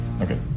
Okay